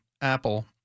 Apple